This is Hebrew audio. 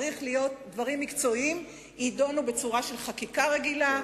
דברים מקצועיים יידונו בצורה של חקיקה רגילה,